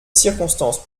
circonstances